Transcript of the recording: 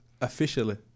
officially